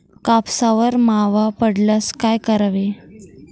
कापसावर मावा पडल्यास काय करावे?